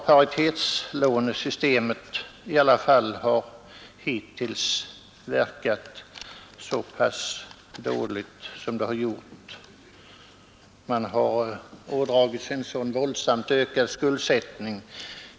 Paritetslånesystemet har hittills verkat ganska dåligt — man har ådragit sig en våldsamt ökad skuldsättning.